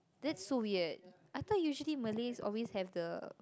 that's so weird I thought usually Malays always have the